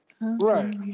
Right